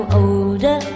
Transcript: older